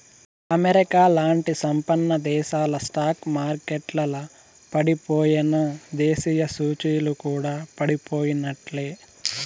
అమెరికాలాంటి సంపన్నదేశాల స్టాక్ మార్కెట్లల పడిపోయెనా, దేశీయ సూచీలు కూడా పడిపోయినట్లే